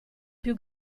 più